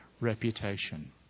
reputation